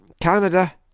Canada